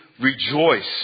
rejoice